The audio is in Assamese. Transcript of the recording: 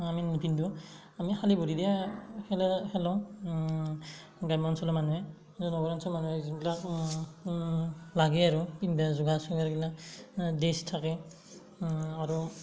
আমি নিপিন্ধো আমি খালী ভৰিৰে খেলা খেলোঁ গ্ৰাম্য অঞ্চলৰ মানুহে নগৰ অঞ্চলৰ মানুহে যোনবিলাক লাগে আৰু পিন্ধবা যোগাৰ চোগাৰ গিলা ড্ৰেছ থাকে আৰু